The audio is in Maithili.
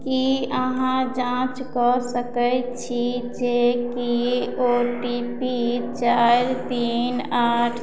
की अहाँ जाँच कऽ सकैत छी जे कि ओ टी पी चारि तीन आठ